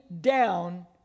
down